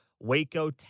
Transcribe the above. Waco